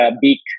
beak